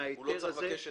הוא לא צריך לבקש היתר?